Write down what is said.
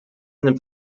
nimmt